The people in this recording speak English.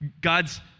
God's